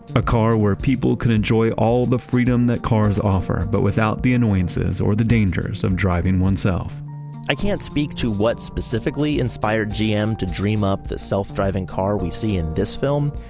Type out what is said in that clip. a car where people could enjoy all the freedom that cars offer, but without the annoyances or the dangers of driving oneself i can't speak to what specifically inspired gm to dream up the self-driving car we see in this film,